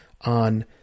on